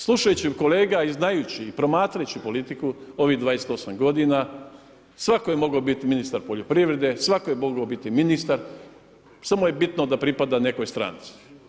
Slušajući kolege i znajući i promatrajući politiku ovih 28 godina svatko je mogao biti ministar poljoprivrede, svatko je mogao biti ministar, samo je bitno da pripada nekoj stranci.